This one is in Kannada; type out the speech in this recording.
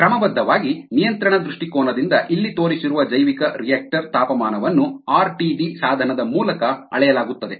ಕ್ರಮಬದ್ಧವಾಗಿ ನಿಯಂತ್ರಣ ದೃಷ್ಟಿಕೋನದಿಂದ ಇಲ್ಲಿ ತೋರಿಸಿರುವ ಜೈವಿಕರಿಯಾಕ್ಟರ್ ತಾಪಮಾನವನ್ನು ಆರ್ಟಿಡಿ ಸಾಧನದ ಮೂಲಕ ಅಳೆಯಲಾಗುತ್ತದೆ